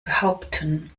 behaupten